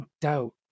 doubt